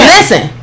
Listen